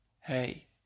hey